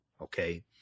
Okay